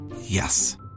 Yes